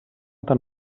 tan